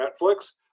Netflix